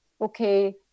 okay